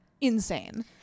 insane